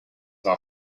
are